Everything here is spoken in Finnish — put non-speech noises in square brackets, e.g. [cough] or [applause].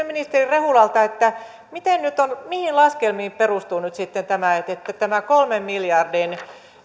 [unintelligible] ministeri rehulalta miten nyt on mihin laskelmiin perustuu nyt sitten tämä kolmen miljardin